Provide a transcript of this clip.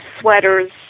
sweaters